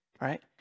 Right